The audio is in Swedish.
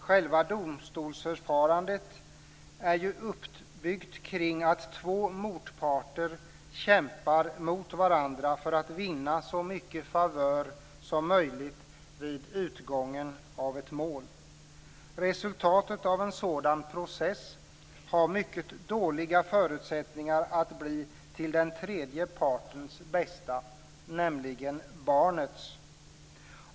Själva domstolsförfarandet är uppbyggt kring att två motparter kämpar mot varandra för att vinna så mycket favör som möjligt vid utgången av ett mål. Resultatet av en sådan process har mycket dåliga förutsättningar att bli till den tredje partens bästa, nämligen barnets.